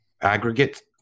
aggregate